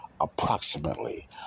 approximately